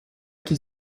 qu’il